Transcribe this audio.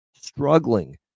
struggling